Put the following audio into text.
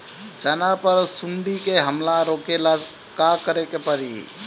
चना पर सुंडी के हमला रोके ला का करे के परी?